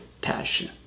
passion